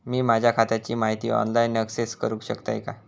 मी माझ्या खात्याची माहिती ऑनलाईन अक्सेस करूक शकतय काय?